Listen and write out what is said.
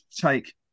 take